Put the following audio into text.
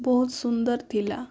ବହୁତ ସୁନ୍ଦର ଥିଲା